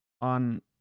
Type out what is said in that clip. on